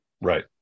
Right